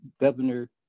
Governor